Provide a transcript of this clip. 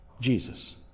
Jesus